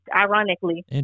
ironically